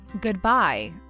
Goodbye